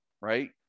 right